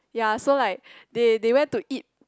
ya so like they they went to eat